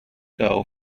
girl